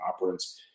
operants